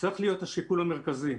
צריך להיות השיקול המרכזי.